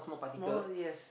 small yes